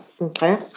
Okay